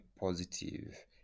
positive